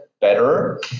better